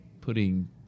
putting